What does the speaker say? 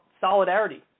solidarity